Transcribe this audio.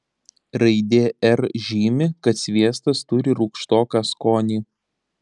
raidė r žymi kad sviestas turi rūgštoką skonį